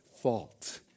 fault